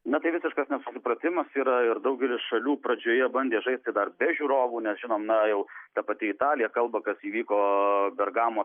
na tai visiškas nesusipratimas yra ir daugelis šalių pradžioje bandė žaisti dar be žiūrovų nes žinom na jau ta pati italija kalba kas įvyko bergamo